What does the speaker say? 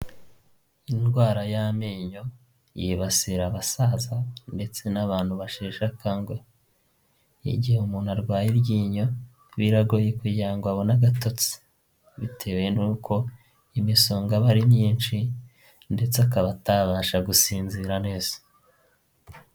Indwara y'amenyo yibasira abasaza ndetse n'abantu basheshe akanguhe igihe umuntu arwaye iryinyo biragoye kugira ngo abone agatotsi, bitewe n'uko imisonga aba ari myinshi ndetse akaba atabasha gusinzira neza.